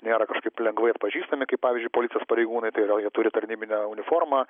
nėra taip lengvai atpažįstami kaip pavyzdžiui policijos pareigūnai tai yra jie turi tarnybinę uniformą